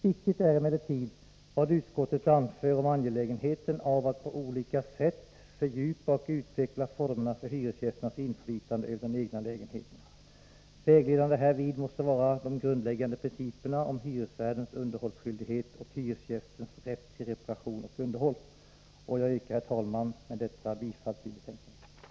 Viktigt är emellertid vad utskottet anför om angelägenheten av att på olika sätt fördjupa och utveckla formerna för hyresgästernas inflytande över den egna lägenheten. Vägledande härvid måste vara de grundläggande principerna om hyresvärdens underhållsskyldighet och hyresgästens rätt till reparation och underhåll. Herr talman! Jag yrkar med detta bifall till hemställan i betänkandet.